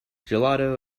gelato